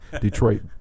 Detroit